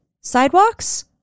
Sidewalks